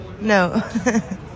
No